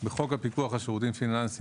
25. בחוק הפיקוח על שירותים פיננסיים